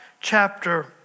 chapter